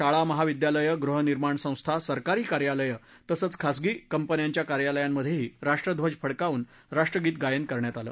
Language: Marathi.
शाळा महाविद्यालयं गृहनिर्माण संस्था सरकारी कार्यालयं तसंच खासगी कंपन्यांच्या कार्यालयांमधेही राष्ट्रध्वज फडकावून राष्ट्रगीत गायन करण्यात आलं